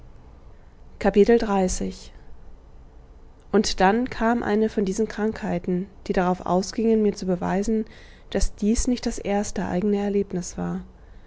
und dann kam eine von diesen krankheiten die darauf ausgingen mir zu beweisen daß dies nicht das erste eigene erlebnis war